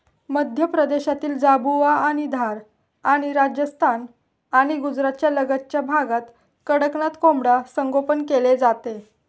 मध्य प्रदेशातील झाबुआ आणि धार आणि राजस्थान आणि गुजरातच्या लगतच्या भागात कडकनाथ कोंबडा संगोपन केले जाते